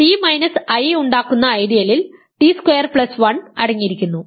t i ഉണ്ടാക്കുന്ന ഐഡിയലിൽ t square plus 1 അടങ്ങിയിരിക്കുന്നു